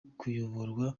kuyoborwa